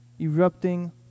erupting